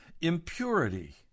impurity